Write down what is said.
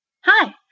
Hi